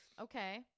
Okay